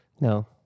No